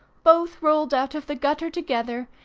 both rolled out of the gutter together,